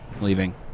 leaving